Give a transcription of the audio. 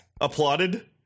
applauded